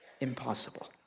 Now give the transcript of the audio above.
impossible